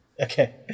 Okay